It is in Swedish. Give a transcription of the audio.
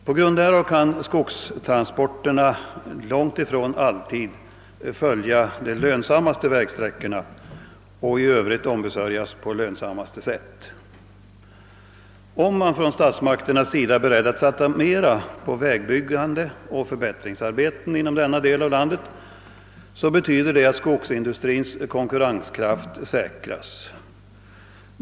På grund härav kan skogstransporterna långt ifrån alltid följa de lönsammaste vägsträckorna och i övrigt ombesörjas på lönsammaste sätt. Om man från statsmakternas sida är beredd att satsa mer på vägbyggande och förbättringsarbeten inom denna del av landet, så betyder det att skogsindustrins konkurrenskraft säkras.